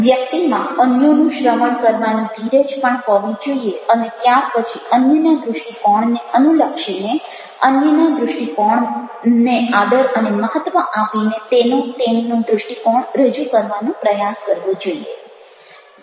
વ્યક્તિમાં અન્યોનું શ્રવણ કરવાની ધીરજ પણ હોવી જોઈએ અને ત્યાર પછી અન્યના દૃષ્ટિકોણને અનુલક્ષીને અન્યના દૃષ્ટિકોણને આદર અને મહત્ત્વ આપીને તેનો તેણીનો દૃષ્ટિકોણ રજૂ કરવાનો પ્રયાસ કરવો જોઈએ